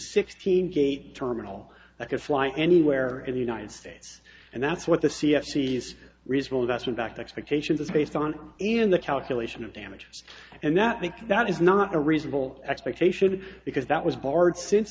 sixteen gate terminal i could fly anywhere in the united states and that's what the c f c s reasonable investment back to expectations is based on in the calculation of damages and that think that is not a reasonable expectation because that was barred since